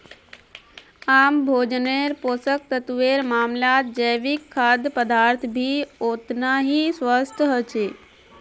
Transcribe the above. आम भोजन्नेर पोषक तत्वेर मामलाततजैविक खाद्य पदार्थ भी ओतना ही स्वस्थ ह छे